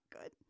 good